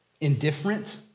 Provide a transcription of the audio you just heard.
indifferent